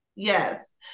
Yes